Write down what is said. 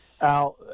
Al